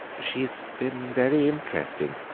she has been very interesting,